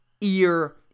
ear